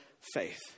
faith